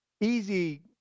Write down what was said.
easy